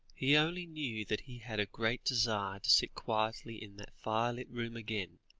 he only knew that he had a great desire to sit quietly in that firelit room again,